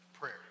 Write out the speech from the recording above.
prayer